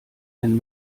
wenn